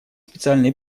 специальные